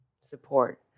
support